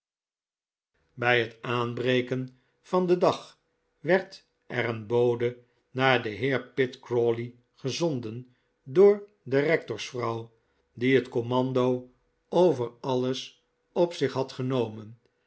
bij het aanbreken van den dag werd er een bode naar den heer pitt crawley gezonden door de rectorsvrouw die het commando over alles op zich had genomen